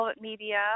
Media